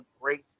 great